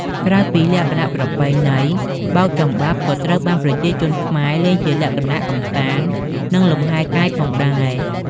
ក្រៅពីលក្ខណៈប្រពៃណី បោកចំបាប់ក៏ត្រូវបានប្រជាជនខ្មែរលេងជាលក្ខណៈកម្សាន្ត និងលំហែរកាយផងដែរ។